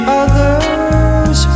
others